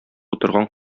утырган